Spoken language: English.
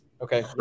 okay